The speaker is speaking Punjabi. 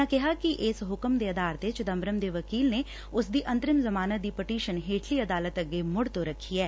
ਉਨ੍ਹਾਂ ਕਿਹਾ ਕਿ ਇਸ ਹੁਕਮ ਦੇ ਆਧਾਰ ਤੇ ਚਿਦੰਬਰਮ ਦੇ ਵਕੀਲ ਨੇ ਉਸ ਦੀ ਅੰਤਰਿਮ ਜਮਾਨਤ ਦੀ ਪਟੀਸ਼ਨ ਹੇਠਲੀ ਅਦਾਲਤ ਅੱਗੇ ਮੁੜ ਤੋਂ ਰੱਖੀ ਐ